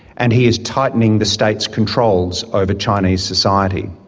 and he is tightening the state's controls over chinese society.